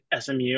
SMU